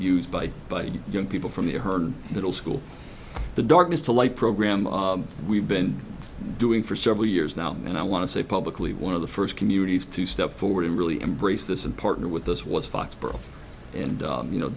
used by by young people from the ahern middle school the darkness to light program we've been doing for several years now and i want to say publicly one of the first communities to step forward and really embrace this and partner with us was foxboro and you know